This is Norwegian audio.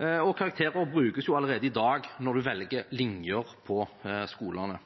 Karakterer brukes allerede i dag når man velger